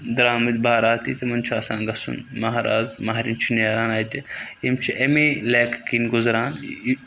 درٛامٕتۍ باراتی تِمَن چھُ آسان گژھُن مَہراز مہرٕنۍ چھُ نیران اَتہِ یِم چھِ اَمی لٮ۪کہٕ کِنۍ گُزران